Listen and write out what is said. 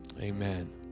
Amen